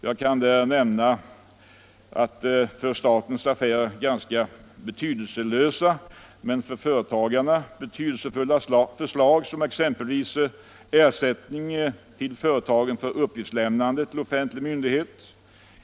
Bland dessa för statens affärer ganska betydelselösa men för företagarna betydelsefulla förslag finns sådana som ersättning till företagen för uppgiftslämnande till offentlig myndighet.